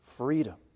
Freedom